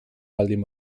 baldin